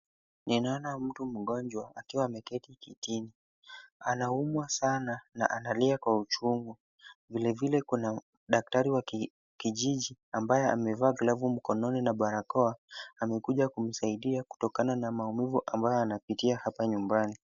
Ninaona mtu mgonjwa akiwa ameketi kitini. Anaumwa Sana na analia kwa uchungu. Vile vile kuna daktari wa kijiji ambaye amevaa glafu mkononi na barakoa amekuja kusaidia kutokana na maumivu ambayo anapitia hapa nyumbani.